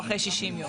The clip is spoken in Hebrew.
או אחרי 60 יום,